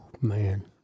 Man